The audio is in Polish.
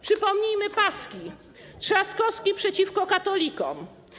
Przypomnijmy paski: Trzaskowski przeciwko katolikom.